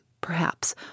perhaps